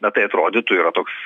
na tai atrodytų yra toks